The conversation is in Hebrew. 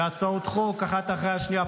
בהצעות חוק אחת אחרי השנייה,